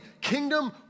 kingdom